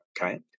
okay